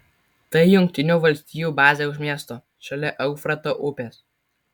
tai jungtinių valstijų bazė už miesto šalia eufrato upės